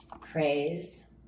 Praise